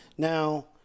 Now